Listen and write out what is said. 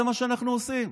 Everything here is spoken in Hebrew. זה מה שאנחנו עושים.